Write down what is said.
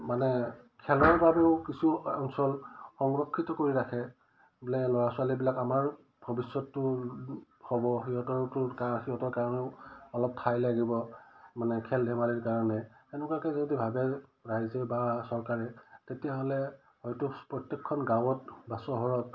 মানে খেলৰ বাবেও কিছু অঞ্চল সংৰক্ষিত কৰি ৰাখে বোলে ল'ৰা ছোৱালীবিলাক আমাৰ ভৱিষ্যতটো হ'ব সিহঁতৰটো সিহঁতৰ কাৰণেও অলপ ঠাই লাগিব মানে খেল ধেমালিৰ কাৰণে তেনেকুৱাকৈ যদি ভাবে ৰাইজে বা চৰকাৰে তেতিয়াহ'লে হয়তো প্ৰত্যেকখন গাঁৱত বা চহৰত